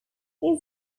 his